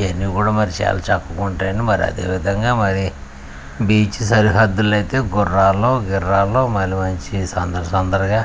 ఇవన్నీ కూడా మరి చాలా చక్కగా ఉంటాయి అండి మరి అదే విధంగా మరి బీచ్ సరిహద్దుల్లో అయితే గుర్రాలు గిర్రాలు మళ్ళీ మంచి సందడి సందడిగా